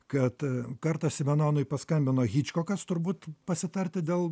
kad kartą simenonui paskambino hičkokas turbūt pasitarti dėl